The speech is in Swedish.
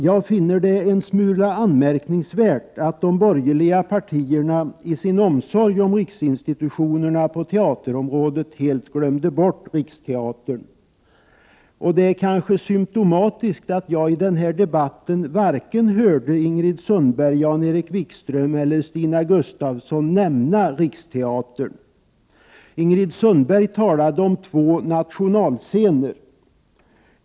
Jag finner det en smula anmärkningsvärt att de borgerliga partierna i sin omsorg om riksinstitutionerna på teaterområdet helt glömde bort Riksteatern. Det är kanske symptomatiskt att jag i den här debatten inte hörde vare sig Ingrid Sundberg, Jan-Erik Wikström eller Stina Gustavsson nämna Riksteatern. Ingrid Sundberg talade om två nationalscener.